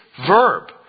verb